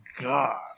God